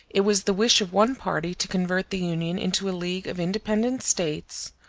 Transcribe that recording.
it was the wish of one party to convert the union into a league of independent states,